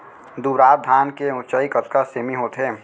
दुबराज धान के ऊँचाई कतका सेमी होथे?